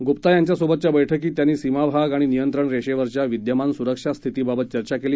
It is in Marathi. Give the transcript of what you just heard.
गुप्ता यांच्यासोबतच्या बैठकीत त्यांनी सीमाभाग आणि नियंत्रण रेषेवरच्या विद्यमान सुरक्षा स्थितीबाबत चर्चा केली